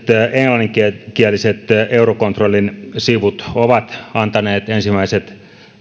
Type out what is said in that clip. englanninkieliset eurocontrolin sivut ovat antaneet ensimmäiset